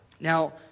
Now